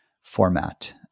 format